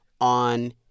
on